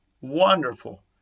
wonderful